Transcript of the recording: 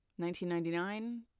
1999